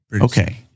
Okay